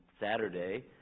Saturday